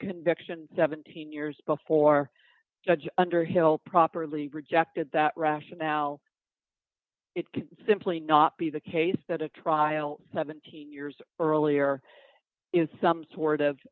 conviction seventeen years before judge underhill properly rejected that rationale it could simply not be the case that a trial seventeen years earlier is some sort of